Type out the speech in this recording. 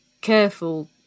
careful